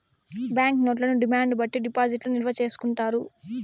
bank నోట్లను demand బట్టి డిపాజిట్లు నిల్వ చేసుకుంటారు